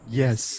yes